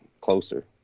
closer